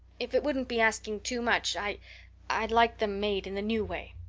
if it wouldn't be asking too much i i'd like them made in the new way.